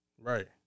Right